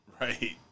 Right